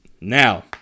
Now